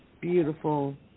beautiful